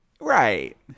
Right